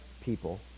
people